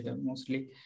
mostly